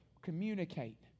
communicate